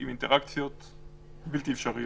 עם אינטראקציות בלתי אפשריות.